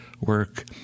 work